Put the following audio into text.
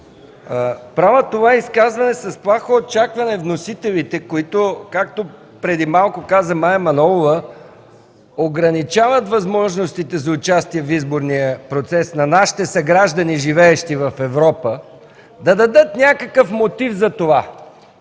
Правя това изказване с плахо очакване вносителите, които, както преди малко каза Мая Манолова, ограничават възможностите за участие в изборния процес на нашите съграждани, живеещи в Европа, да дадат някакъв мотив за това.